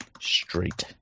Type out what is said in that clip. Street